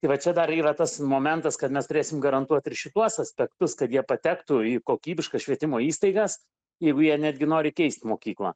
tai vat čia dar yra tas momentas kad mes turėsim garantuot ir šituos aspektus kad jie patektų į kokybiškas švietimo įstaigas jeigu jie netgi nori keist mokyklą